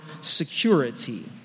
security